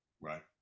Right